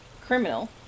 Criminal